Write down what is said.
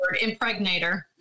impregnator